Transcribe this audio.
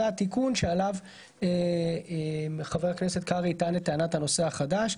זה התיקון שעליו חבר הכנסת קרעי טען את טענת הנושא החדש.